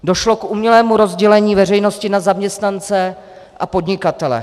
Došlo k umělému rozdělení veřejnosti na zaměstnance a podnikatele.